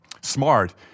smart